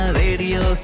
radio